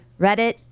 Reddit